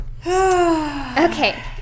Okay